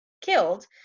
killed